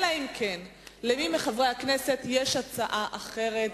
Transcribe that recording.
אלא אם כן יש למי מחברי הכנסת הצעה אחרת,